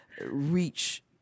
reach